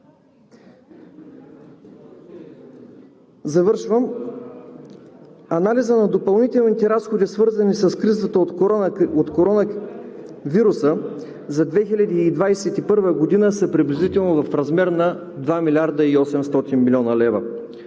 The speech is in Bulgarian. Завършвам. Анализът на допълнителните разходи, свързани с кризата от коронавируса, за 2021 г. са приблизително в размер на 2 млрд. 800 млн. лв.